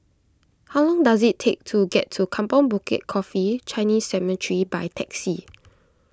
how long does it take to get to Kampong Bukit Coffee Chinese Cemetery by taxi